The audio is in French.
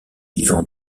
vivant